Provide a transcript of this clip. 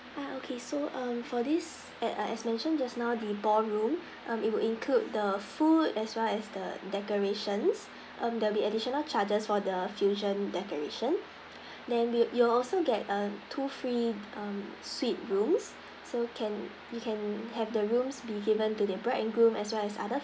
uh okay so um for this as as I mentioned just now the ballroom um it will include the food as well as the decorations um there will be additional charges for the fusion decoration then yo~ you will also get err two free um suite rooms so can you can have the rooms be given to the bride and groom as well as other